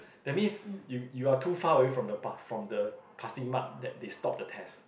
that means you you are too far away from the path from the passing mark that they stop the test